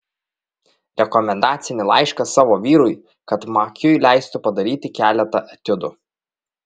rekomendacinį laišką savo vyrui kad makiui leistų padaryti keletą etiudų